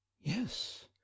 yes